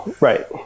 Right